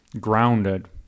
grounded